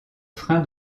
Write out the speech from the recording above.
frein